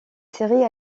série